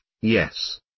yes